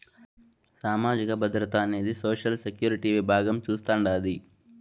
సామాజిక భద్రత అనేది సోషల్ సెక్యూరిటీ విభాగం చూస్తాండాది